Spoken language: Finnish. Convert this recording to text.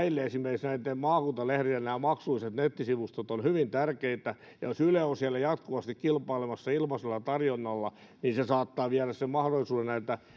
kilpailussa esimerkiksi maakuntalehdille nämä maksulliset nettisivustot ovat hyvin tärkeitä ja jos yle on siellä jatkuvasti kilpailemassa ilmaisella tarjonnalla niin se saattaa viedä mahdollisuuden